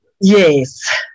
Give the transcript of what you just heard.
Yes